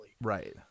right